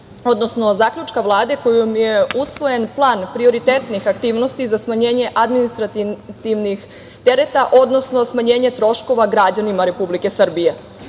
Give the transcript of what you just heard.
odnosno od zaključka Vlade kojim je usvojen plan prioritetnih aktivnosti za smanjenje administrativnih tereta, odnosno smanjenje troškova građanima Republike Srbije. Ovim